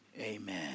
Amen